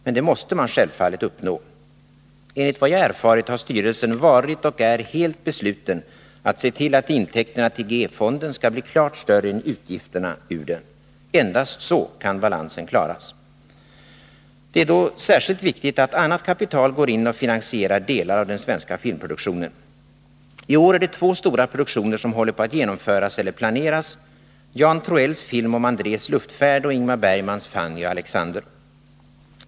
Men det måste man självfallet uppnå. Enligt vad jag erfarit har styrelsen varit och är helt besluten att se till att intäkterna till G-fonden skall bli klart större än utgifterna ur den. Endast så kan balansen klaras. Det är då särskilt viktigt att annat kapital går in och finansierar delar av den svenska filmproduktionen. I år är det två stora produktioner som håller på att genomföras eller planeras, Jan Troells film om Andrées luftfärd och Ingmar Bergmans Fanny och Alexander.